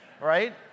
right